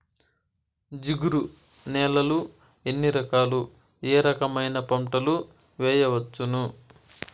జిగురు నేలలు ఎన్ని రకాలు ఏ రకమైన పంటలు వేయవచ్చును?